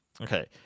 Okay